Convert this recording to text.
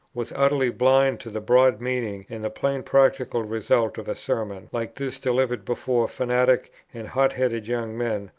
was utterly blind to the broad meaning and the plain practical result of a sermon like this delivered before fanatic and hot-headed young men,